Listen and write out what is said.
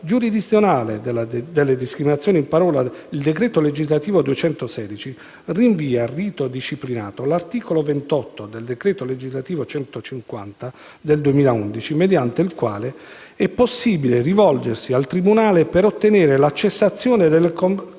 giurisdizionale dalle discriminazioni in parola, il decreto legislativo n. 216 del 2003 rinvia al rito disciplinato dall'articolo 28 del decreto legislativo n. 150 del 2011 mediante il quale è possibile rivolgersi al tribunale per ottenere la cessazione del comportamento